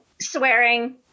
swearing